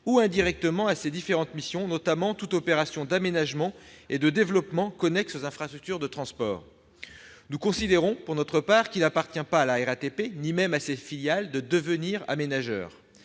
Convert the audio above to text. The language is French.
ou indirectement à ces différentes missions, notamment toute opération d'aménagement et de développement connexe aux infrastructures de transport. Nous considérons pour notre part qu'il n'appartient pas à la RATP, ni même à ses filiales, de devenir aménageur.